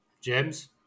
James